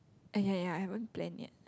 uh ya ya I haven't plan yet